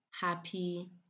happy